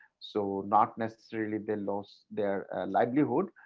so not necessarily they lost their livelihood,